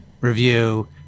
review